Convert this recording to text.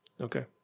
Okay